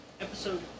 Episode